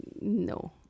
No